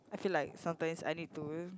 I feel like sometimes I need to